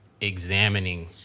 examining